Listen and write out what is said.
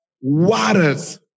waters